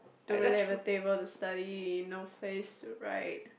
don't really have a table to study no place to write